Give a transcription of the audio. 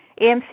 AMC